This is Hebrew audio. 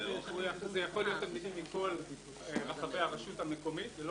זה יכול להיות תלמידים מכל רחבי הרשות המקומית ללא